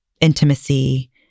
intimacy